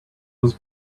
was